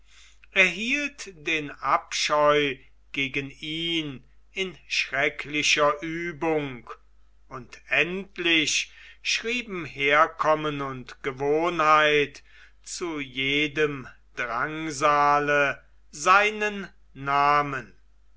erhielt den abscheu gegen ihn in schrecklicher uebung und endlich schrieben herkommen und gewohnheit zu jedem drangsale seinen namen